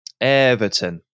Everton